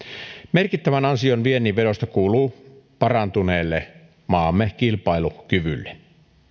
merkittävä ansio viennin vedosta kuuluu parantuneelle maamme kilpailukyvylle